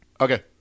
Okay